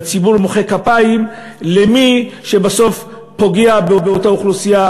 והציבור מוחא כפיים למי שבסוף פוגע באותה אוכלוסייה,